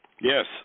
Yes